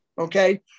Okay